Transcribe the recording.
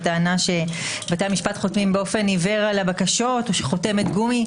הטענה שבתי המשפט חותמים באופן עיוור על הבקשות או שהם חותמת גומי.